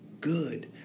Good